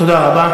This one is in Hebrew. תודה רבה.